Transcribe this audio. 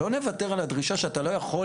לא נוותר על הדרישה שאתה לא יכול